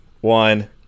one